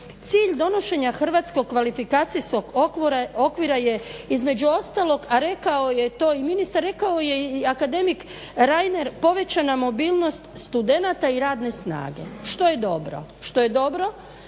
Cilj donošenja hrvatskog kvalifikacijskog okvira je između ostalog, a rekao je to i ministar, rekao je i akademik Reiner, povećana mobilnost studenata i radne snage što je dobro i mislim